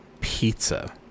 pizza